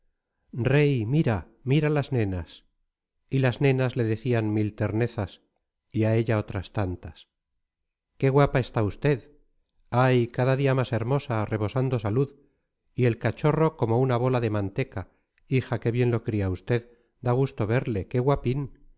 rey mira mira las nenas y las nenas le decían mil ternezas y a ella otras tantas qué guapa está usted ay cada día más hermosa rebosando salud y el cachorro como una bola de manteca hija qué bien lo cría usted da gusto verle qué